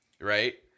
Right